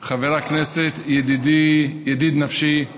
חבר הכנסת ידיד נפשי,